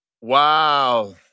Wow